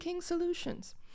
solutions